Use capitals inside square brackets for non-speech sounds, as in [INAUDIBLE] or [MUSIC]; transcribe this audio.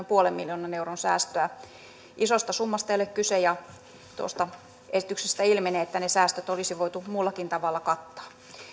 [UNINTELLIGIBLE] puolen miljoonan euron säästöä isosta summasta ei ole kyse ja tuosta esityksestä ilmenee että ne säästöt olisi voitu muullakin tavalla kattaa